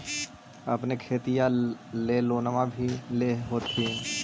अपने खेतिया ले लोनमा भी ले होत्थिन?